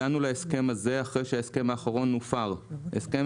הגענו להסכם הזה אחרי שההסכם האחרון הופר, הסכם